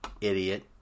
idiot